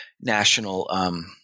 national